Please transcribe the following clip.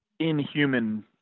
inhuman